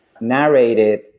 narrated